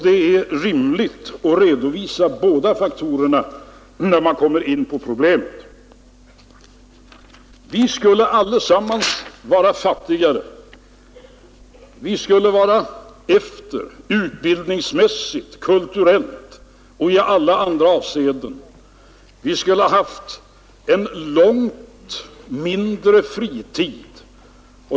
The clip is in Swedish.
Det är rimligt att man redovisar båda faktorerna när man bedömer problemet. Vi skulle allesammans vara fattigare. Vi skulle släpa efter utbildningsmässigt, kulturellt och i alla andra avseenden. Vi skulle ha haft en långt mindre fritid.